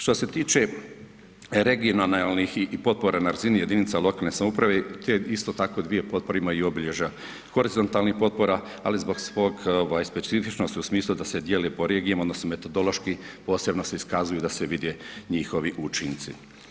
Što se tiče regionalnih i potpora na razini jedinica lokalne samouprave te isto tako dvije potpore imaju obilježja horizontalnih potpora, ali zbog svoje specifičnosti u smislu da se dijele po regijama odnosno metodološki posebno se iskazuju da se vide njihovi učinci.